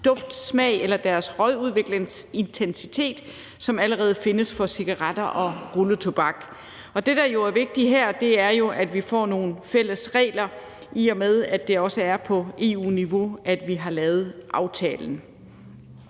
duft, smag eller deres røgudviklingsintensitet, som allerede findes for cigaretter og rulletobak. Og det, der er vigtigt her, er jo, at vi får nogle fælles regler, i og med at det også er på EU-niveau, vi har lavet aftalen.